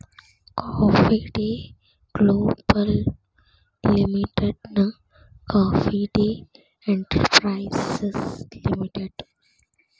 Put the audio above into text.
coffee day global ಲಿಮಿಟೆಡ್ನ coffee day enterprises limited